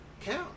count